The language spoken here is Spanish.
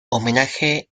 homenaje